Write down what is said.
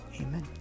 Amen